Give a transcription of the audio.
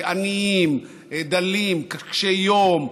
עניים, דלים, קשי יום,